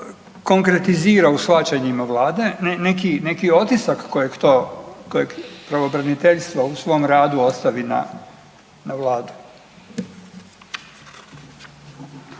konkretizira u shvaćanjima Vlade, neki otisak koje pravobraniteljstvo u svom radu ostavi na Vladu.